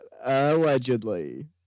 Allegedly